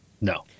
No